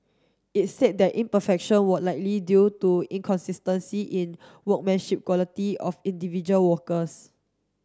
it said that imperfection were likely due to inconsistency in workmanship quality of individual workers